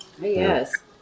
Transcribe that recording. Yes